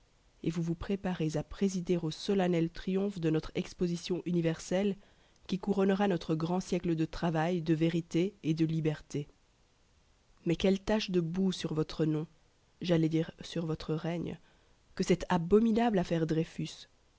et vous vous préparez à présider au solennel triomphe de notre exposition universelle qui couronnera notre grand siècle de travail de vérité et de liberté mais quelle tache de boue sur votre nom j'allais dire sur votre règne que cette abominable affaire dreyfus